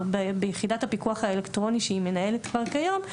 ביחידת הפיקוח האלקטרוני שהיא מנהלת כבר כיום,